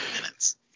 minutes